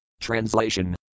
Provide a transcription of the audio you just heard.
Translation